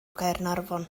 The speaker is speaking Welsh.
gaernarfon